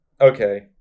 okay